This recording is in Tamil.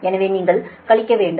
எனவே நீங்கள் கழிக்க வேண்டும்